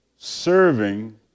Serving